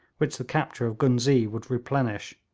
which the capture of ghuznee would replenish,